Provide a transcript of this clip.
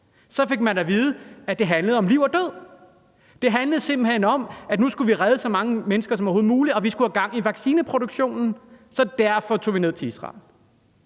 så fik man at vide, at det handlede om liv og død, at det simpelt hen handlede om, at nu skulle vi redde så mange mennesker som overhovedet muligt, og at vi skulle have gang i vaccineproduktionen; så derfor tog vi ned til Israel.